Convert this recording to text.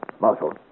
Marshal